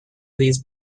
these